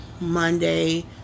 Monday